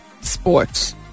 sports